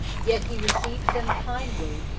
yet he received them kindly,